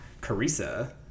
Carissa